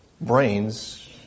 brains